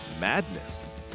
madness